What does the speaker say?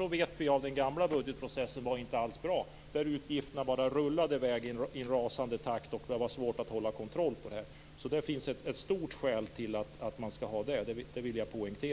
Vi vet att den gamla budgetprocessen inte alls var bra. Utgifterna bara rullade iväg i rasande takt, och det var svårt att hålla kontroll på dem. Det finns ett starkt skäl till att man skall ha tak. Det vill jag poängtera.